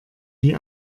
wie